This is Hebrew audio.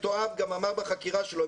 אמר,